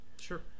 Sure